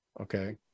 okay